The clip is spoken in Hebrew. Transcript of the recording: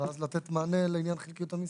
ואז לתת מענה לעניין חלקיות המשרה.